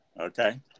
Okay